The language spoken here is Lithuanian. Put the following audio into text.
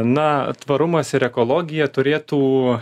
na tvarumas ir ekologija turėtų